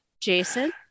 jason